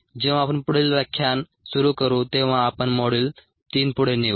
जेव्हा आपण पुढील व्याख्यान सुरू करू तेव्हा आपण मॉड्यूल 3 पुढे नेऊ